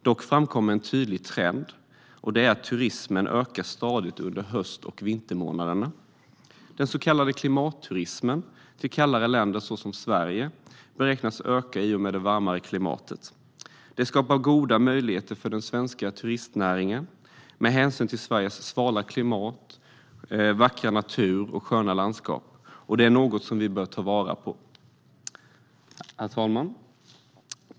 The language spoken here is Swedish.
Dock framkommer en tydlig trend, nämligen att turismen ökar stadigt under höst och vintermånaderna. Den så kallade klimatturismen till kallare länder såsom Sverige beräknas öka i och med det varmare klimatet. Det skapar goda möjligheter för den svenska turistnäringen med hänsyn till Sveriges svala klimat, vackra natur och sköna landskap. Det är något som vi bör ta vara på. Herr talman!